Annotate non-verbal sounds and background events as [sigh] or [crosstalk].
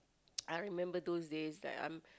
[noise] I remember those days that I'm